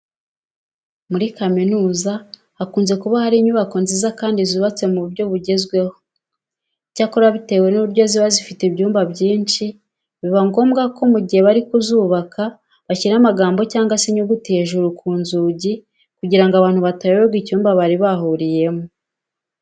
Muri kaminuza hakunze kuba hari inyubako nziza kandi zubatswe mu buryo bugezweho. Icyakora bitewe n'uburyo ziba zifite ibyumba byinshi, biba ngombwa ko mu gihe bari kuzubaka bashyira amagambo cyangwa se inyuguti hejuru ku nzugi kugira ngo abantu batayoberwa icyumba bari buhuriremo.